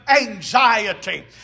anxiety